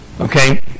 Okay